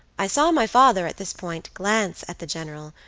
i saw my father, at this point, glance at the general,